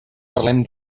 parlem